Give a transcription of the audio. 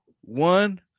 one